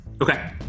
Okay